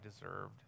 deserved